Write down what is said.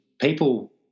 people